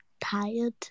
tired